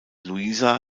luisa